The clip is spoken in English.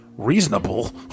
reasonable